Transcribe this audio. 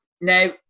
Now